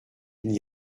n’y